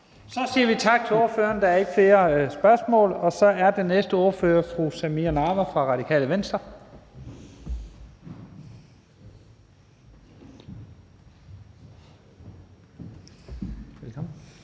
Så siger vi tak til ordføreren. Der er ikke flere spørgsmål, og så er den næste ordfører fru Samira Nawa fra Radikale Venstre.